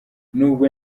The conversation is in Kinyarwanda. nubwo